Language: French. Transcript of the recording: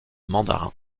mandarin